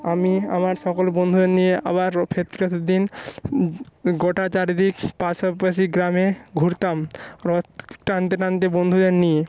আমি আমার সকল বন্ধুদের নিয়ে আবার ফিরতি রথের দিন গোটা চারিদিক পাশাপাশি গ্রামে ঘুরতাম রথ টানতে টানতে বন্ধুদের নিয়ে